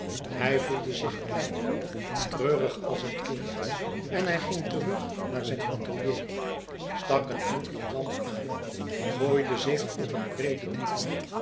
hij voelde zich klein treurig als een kind en hij ging terug naar zijn atelier stak een enkele lamp aan gooide zich op een breeden divan